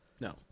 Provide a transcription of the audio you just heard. no